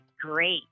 great